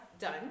done